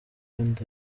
inda